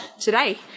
today